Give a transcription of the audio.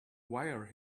wire